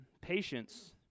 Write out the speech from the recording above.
patience